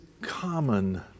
common